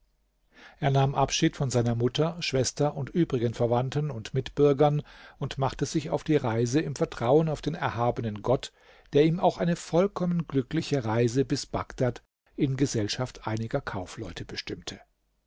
er nahm abschied von seiner mutter schwester und übrigen verwandten und mitbürgern und machte sich auf die reise im vertrauen auf den erhabenen gott der ihm auch eine vollkommen glückliche reise bis bagdad in gesellschaft einiger kaufleute bestimmte